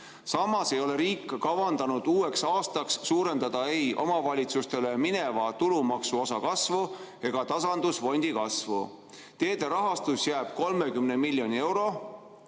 Samas ei ole riik kavandanud uueks aastaks suurendada ei omavalitsustele mineva tulumaksu osa kasvu ega tasandusfondi kasvu. Teede rahastus jääb 30 miljoni euro